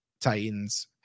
Titans